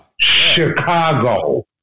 Chicago